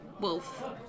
Wolf